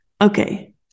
Okay